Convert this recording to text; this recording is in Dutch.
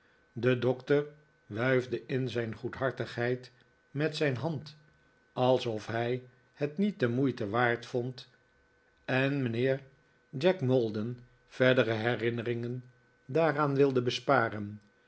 de doctor wuifde in zijn goedhartigheid met zijn hand alsof hij het niet de moeite waard vond en mijnheer jack maldon verdere herinneringen daaraan wilde besparen